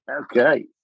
Okay